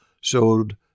showed